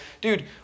Dude